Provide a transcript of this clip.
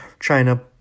China